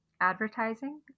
advertising